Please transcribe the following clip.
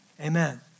Amen